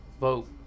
vote